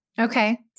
okay